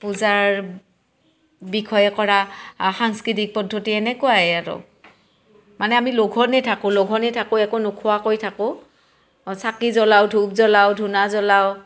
পূজাৰ বিষয়ে কৰা সাংস্কৃতিক পদ্ধতি এনেকুৱাই আৰু মানে আমি লঘোনে থাকোঁ লঘোনে থাকোঁ একো নোখোৱাকৈ থাকোঁ অঁ চাকি জ্বলাও ধূপ জ্বলাও ধূনা জ্বলাও